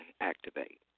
activate